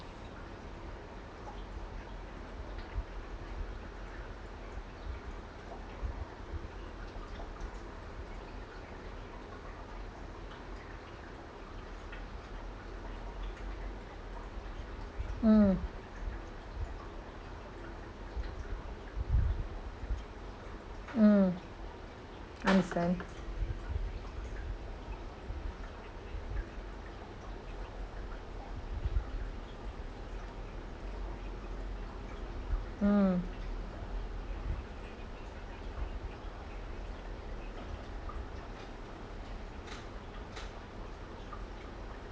mm mm understand mm